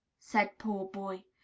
said poor boy,